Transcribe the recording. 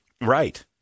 Right